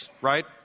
right